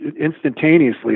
instantaneously